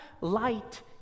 light